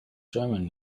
german